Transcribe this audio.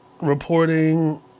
reporting